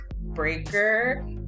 Breaker